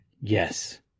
yes